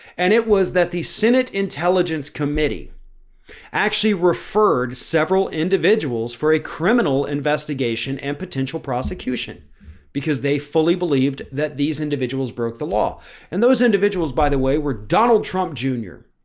and it was that the senate intelligence committee actually referred several individuals for a criminal investigation and potential prosecution because they fully believed that these individuals broke the law and those individuals, by the way, were donald trump jr.